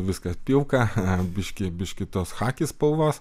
viskas pilka biškį biškį tos chaki spalvos